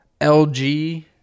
LG